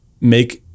Make